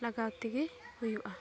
ᱞᱟᱜᱟᱣ ᱛᱮᱜᱮ ᱦᱩᱭᱩᱜᱼᱟ